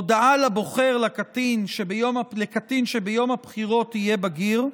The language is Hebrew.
הודעה לבוחר לקטין שביום הבחירות יהיה בגיר,